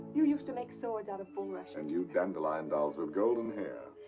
you use to make swords out of bulrushes. and you, dandelion dolls with golden hair.